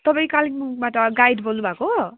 तपाईँ कालिम्पोङबाट गाइड बोल्नु भएको